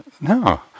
No